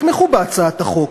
יתמכו בהצעת החוק.